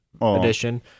edition